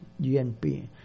GNP